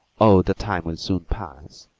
oh, the time will soon pass,